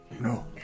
No